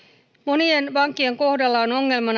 monien vankien kohdalla